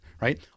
right